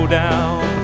down